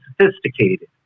sophisticated